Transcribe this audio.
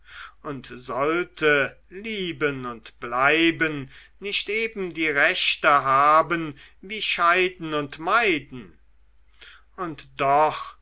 und sollte lieben und bleiben nicht eben die rechte haben wie scheiden und meiden und doch